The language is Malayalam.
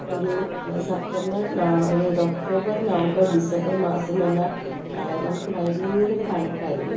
ഒരു സെപ്റ്റംബർ അതായത് ഒക്ടോബർ നവമ്പർ ഡിസംബർ മാസംന്ന് പറഞ്ഞാൽ നമുക്ക് ഭയങ്കര തണുപ്പായിരിക്കും